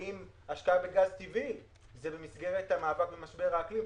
האם השקעה בגז טבעי זה במסגרת המאבק במשבר האקלים?